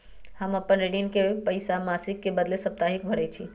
हम अपन ऋण के पइसा मासिक के बदले साप्ताहिके भरई छी